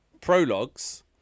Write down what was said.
prologues